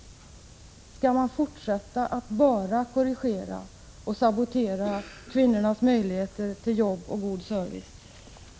Skall socialdemokraterna fortsätta med att bara korrigera och att sabotera kvinnornas möjligheter till jobb och god service?